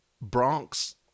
Bronx